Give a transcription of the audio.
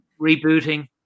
rebooting